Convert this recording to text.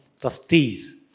Trustees